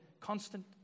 constant